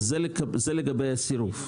זה לגבי הסירוב.